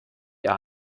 ihr